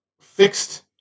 fixed